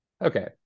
Okay